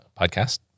podcast